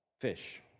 Fish